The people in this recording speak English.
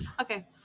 Okay